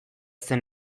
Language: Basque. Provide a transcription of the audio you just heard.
zen